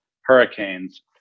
hurricanes